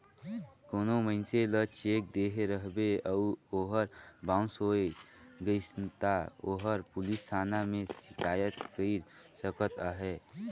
कोनो मइनसे ल चेक देहे रहबे अउ ओहर बाउंस होए गइस ता ओहर पुलिस थाना में सिकाइत कइर सकत अहे